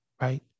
right